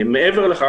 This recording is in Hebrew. מעבר לכך,